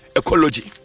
ecology